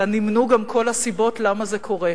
אלא גם נמנו כל הסיבות למה זה קורה.